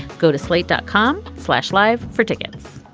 go to slate dot com. flash live for tickets